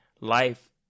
life